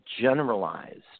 generalized